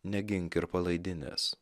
negink ir palaidinės